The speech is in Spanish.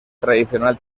tradicional